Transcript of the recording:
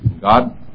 God